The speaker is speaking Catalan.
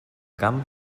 camp